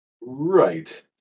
Right